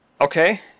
Okay